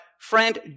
friend